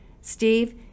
Steve